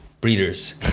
Breeders